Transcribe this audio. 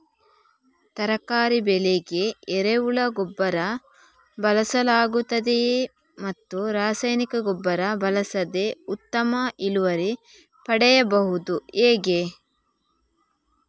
ತರಕಾರಿ ಬೆಳೆಗೆ ಎರೆಹುಳ ಗೊಬ್ಬರ ಬಳಸಲಾಗುತ್ತದೆಯೇ ಮತ್ತು ರಾಸಾಯನಿಕ ಗೊಬ್ಬರ ಬಳಸದೆ ಉತ್ತಮ ಇಳುವರಿ ಪಡೆಯುವುದು ಹೇಗೆ?